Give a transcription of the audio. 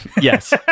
yes